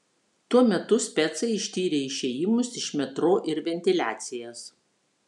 tuo metu specai ištyrė išėjimus iš metro ir ventiliacijas